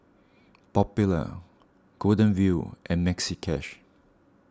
Popular Golden Wheel and Maxi Cash